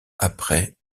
après